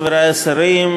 חברי השרים,